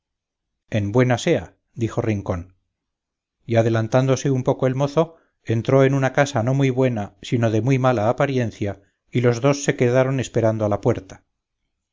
en buena sea dijo rincón y adelantándose un poco el mozo entró en una casa no muy buena sino de muy mala apariencia y los dos se quedaron esperando a la puerta